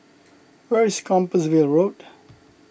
where is Compassvale Road